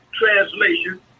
translation